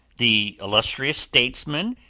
the illustrious statesman,